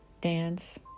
Dance